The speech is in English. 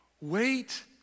Wait